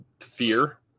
Fear